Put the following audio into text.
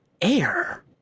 air